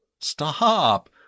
Stop